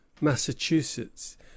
Massachusetts